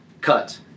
cut